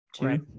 Right